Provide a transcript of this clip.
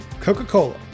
Coca-Cola